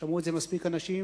שמעו את זה מספיק אנשים,